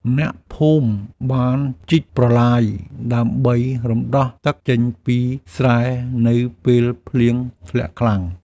អ្នកភូមិបានជីកប្រឡាយដើម្បីរំដោះទឹកចេញពីស្រែនៅពេលភ្លៀងធ្លាក់ខ្លាំង។